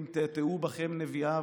אם תעתעו בכם נביאיו,